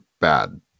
bad